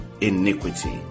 iniquity